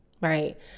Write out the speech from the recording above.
right